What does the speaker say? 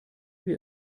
wir